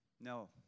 No